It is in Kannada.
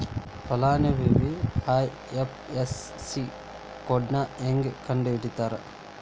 ಫಲಾನುಭವಿ ಐ.ಎಫ್.ಎಸ್.ಸಿ ಕೋಡ್ನಾ ಹೆಂಗ ಕಂಡಹಿಡಿತಾರಾ